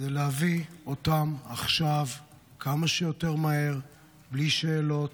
הוא להביא אותם עכשיו כמה שיותר מהר בלי שאלות